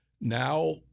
now